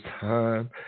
time